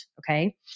Okay